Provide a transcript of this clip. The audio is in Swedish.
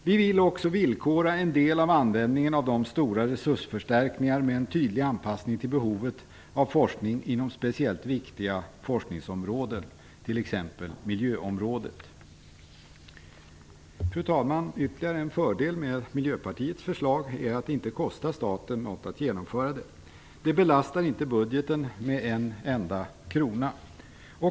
Vi vill också villkora en del av användningen av de stora resursförstärkningarna med en tydlig anpassning till behovet av forskning inom speciellt viktiga forskningsområden t.ex. miljöområdet. Fru talman! Ytterligare en fördel med Miljöpartiets förslag är att det inte kostar staten något att genomföra det. Det belastar inte budgeten med en enda krona.